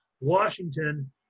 Washington